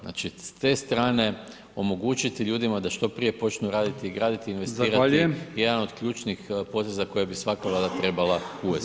Znači, s te strane omogućiti ljudima da što prije počnu raditi i graditi i investirati [[Upadica: Zahvaljujem]] jedan od ključnih poteza koje bi svaka Vlada trebala uvesti.